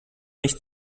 nicht